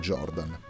Jordan